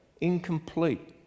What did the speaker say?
incomplete